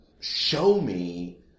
show-me